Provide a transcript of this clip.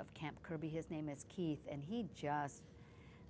of camp kirby his name is keith and he just